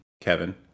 Kevin